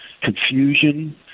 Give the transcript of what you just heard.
confusion